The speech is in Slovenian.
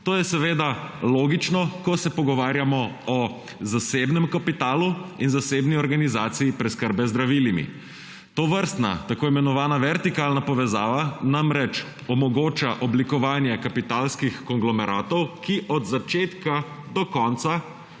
To je seveda logično, ko se pogovarjamo o zasebnem kapitalu in zasebni organizaciji preskrbe z zdravili. Tovrstna tako imenovana vertikalna povezava namreč omogoča oblikovanje kapitalskih konglomeratov, ki od začetka do konca